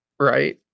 Right